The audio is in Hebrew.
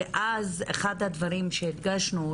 ואז אחד הדברים שהדגשנו,